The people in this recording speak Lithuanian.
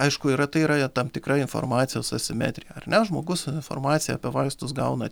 aišku yra tai yra tam tikra informacijos asimetrija ar ne žmogus informaciją apie vaistus